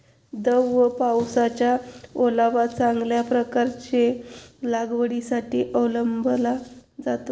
दव व पावसाचा ओलावा चांगल्या प्रकारे लागवडीसाठी अवलंबला जातो